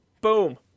boom